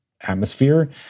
atmosphere